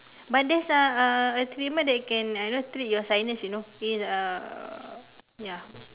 but there's a a a treatment that you can ah you know treat your sinus you know is uh ya